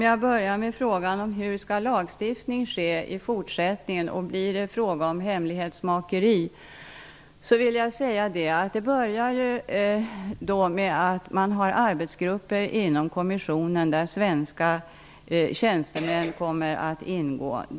Jag börjar med frågan om hur lagstiftningen skall ske i fortsättningen och om det skall vara fråga om hemlighetsmakeri. Det hela börjar med att det finns arbetsgrupper inom kommissionen där svenska tjänstemän skall ingå.